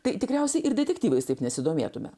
tai tikriausiai ir detektyvais taip nesidomėtumėme